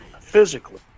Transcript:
physically